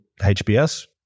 HBS